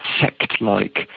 sect-like